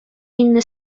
inny